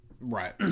right